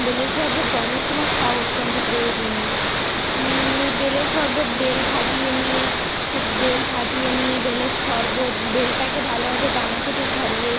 বেলের শরবত গরমের সময় খাওয়া অত্যন্ত প্রয়োজনীয় এ বেলের শরবত বেল ফাটিয়ে নিয়ে সে বেল ফাটিয়ে নিয়ে বেলের শরবত বেলটাকে ভালোভাবে দানা থেকে ছাড়িয়ে